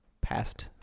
past